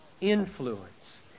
influence